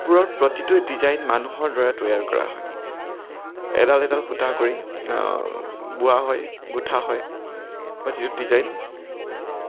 কাপোৰৰ প্ৰতিটো ডিজাইন মানুহৰ দ্বাৰা তৈয়াৰ কৰা হয় এডাল এডাল সূতা কৰি বোৱা হয় গোঁঠা হয় প্ৰতিটো ডিজাইন